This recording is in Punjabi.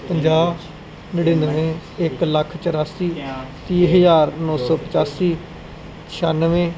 ਪੰਜਾਹ ਨੜਿੱਨਵੇਂ ਇੱਕ ਲੱਖ ਚੁਰਾਸੀ ਤੀਹ ਹਜ਼ਾਰ ਨੌਂ ਸੌ ਪਚਾਸੀ ਛਿਆਨਵੇਂ